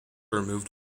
removed